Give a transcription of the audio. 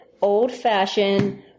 old-fashioned